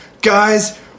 guys